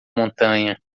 montanha